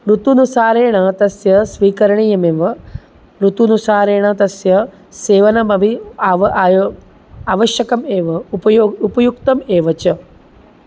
ऋत्वनुसारेण तस्य स्वीकरणीयमेव ऋत्वनुसारेण तस्य सेवनमपि आव आयोः आवश्यकम् एव उपयो उपयुक्तम् एव च